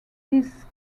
his